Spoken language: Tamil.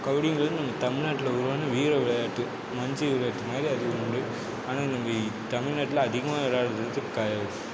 கபடிங்கிறது நம்ம தமிழ்நாட்ல உருவான வீர விளையாட்டு மஞ்சு விரட்டு மாதிரி அது ஒன்று அண்ணன் தம்பி தமிழ்நாட்ல அதிகமாக விளையாடுறது வந்து